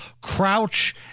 Crouch